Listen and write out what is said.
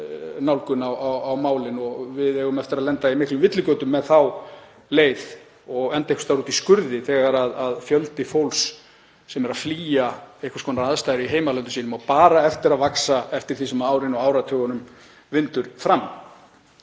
nálgun á málin og við eigum eftir að lenda á miklum villigötum með þá leið og enda einhvers staðar úti í skurði þegar fjöldi fólks sem er að flýja einhvers konar aðstæður í heimalöndum sínum á bara eftir að vaxa eftir því sem árunum og áratugunum vindur fram.